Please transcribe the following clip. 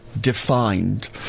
defined